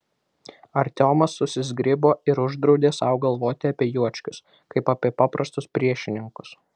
artiomas susizgribo ir uždraudė sau galvoti apie juočkius kaip apie paprastus priešininkus